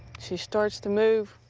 she starts to move.